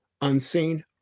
unseen